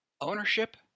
Ownership